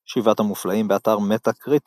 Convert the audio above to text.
"שבעת המופלאים", באתר Metacritic